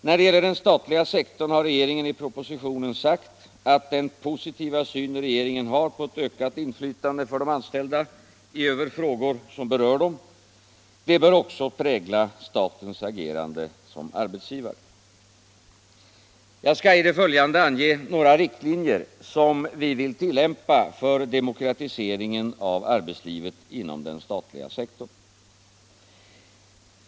När det gäller den statliga sektorn har regeringen i propositionen sagt att den positiva syn regeringen har på ett ökat inflytande för de anställda över frågor som berör dem också bör prägla statens agerande som arbetsgivare. Jag skall i det följande ange några riktlinjer som vi vill tillämpa för demokratiseringen av arbetslivet inom den statliga sektorn.